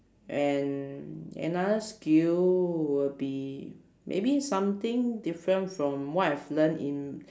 and another skill would be maybe something different from what I've learn in